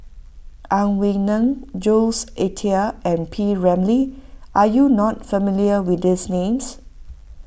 Ang Wei Neng Jules Itier and P Ramlee are you not familiar with these names